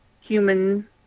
human